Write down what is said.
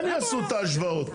הם יעשו את ההשוואות.